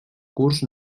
curs